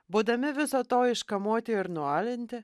būdami viso to iškamuoti ir nualinti